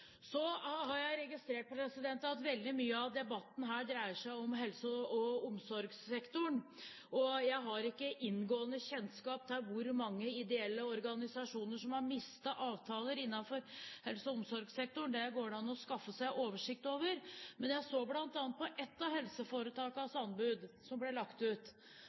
Så har jeg registrert at veldig mye av debatten her dreier seg om helse- og omsorgssektoren. Jeg har ikke inngående kjennskap til hvor mange ideelle organisasjoner som har mistet avtaler innenfor helse- og omsorgssektoren. Det går det an å skaffe seg oversikt over. Men jeg så bl.a. på et av helseforetakenes anbud som ble lagt ut.